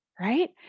right